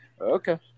okay